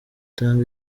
tanga